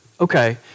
okay